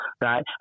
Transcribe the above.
right